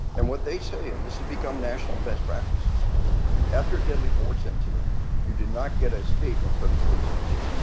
and what they say and this has become national best practices after a deadly forced incident you do not get a statement from the police officer.